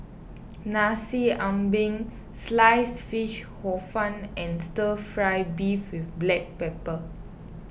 Nasi Ambeng Slice Fish Hor Fun and Stir Fry Beef with Black Pepper